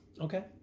Okay